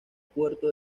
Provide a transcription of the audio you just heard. puerto